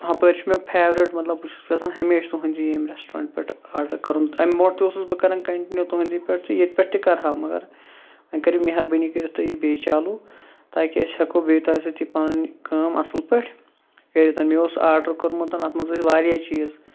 ہپٲرۍ چھُ مےٚ پھیورِٹ مَطلَب بہٕ چھُس یٚژھان ہَمیشہ تُہُنٛد ییٚمہِ ریٚسٹورنٹہٕ پیٹھٕ آرڈَر کَرُن تمہِ برونٛہہ تہِ اوسُس بہٕ کَران کَنٹِنیوٗ تُہِنٛدے پیٚٹھ تہِ ییٚتہِ پیٹھ تہِ کَرہا مَگَر وۄنۍ کٔرِو مہربٲنی کٔرِتھ تُہۍ یہِ بیٚیہِ چالوٗ تاکہِ أسۍ ہیٚکو بیٚیہِ تۄہہِ سۭتۍ یہِ پَنٕنۍ کٲم اَصل پٲٹھۍ کٔرِتھ مےٚ اوس آرڈَر کوٚرمُت اَتھ مَنٛز ٲسۍ واریاہ چیٖز